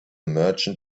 merchant